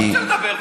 רוצה לדבר?